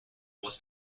was